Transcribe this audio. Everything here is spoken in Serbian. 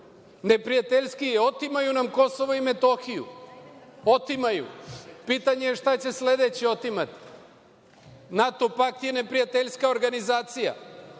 Neprijateljski je, jer nam otimaju Kosovo i Metohiju. Pitanje je šta će sledeće oteti. NATO pakt je neprijateljska organizacija.